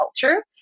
culture